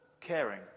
caring